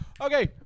Okay